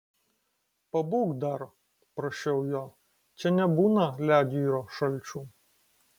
pabūk dar prašiau jo čia nebūna ledjūrio šalčių